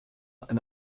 ein